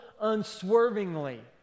unswervingly